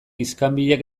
iskanbilak